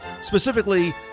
...specifically